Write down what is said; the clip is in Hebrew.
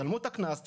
תשלמו את הקנס,